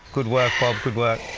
good work bob, good work.